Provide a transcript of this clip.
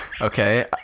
okay